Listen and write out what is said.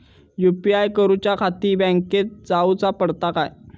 UPI करूच्याखाती बँकेत जाऊचा पडता काय?